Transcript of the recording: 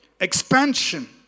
expansion